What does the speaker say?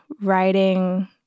writing